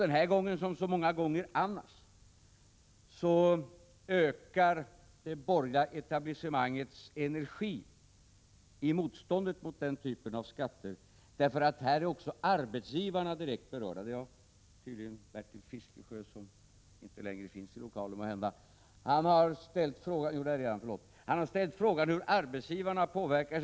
Den här gången, som så många gånger förr, ökar det borgerliga etablissemangets energi i motståndet mot den typen av skatter därför att också arbetsgivarna är direkt berörda här. Bertil Fiskesjö har ställt frågan hur arbetsgivarna påverkas.